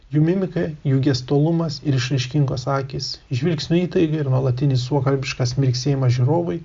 jų mimika jų gestualumas ir išraiškingos akys žvilgsnio įtaiga ir nuolatinis suokalbiškas mirksėjimas žiūrovui